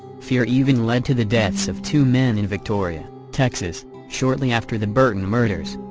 fear even led to the deaths of two men in victoria, texas, shortly after the burton murders.